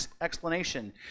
explanation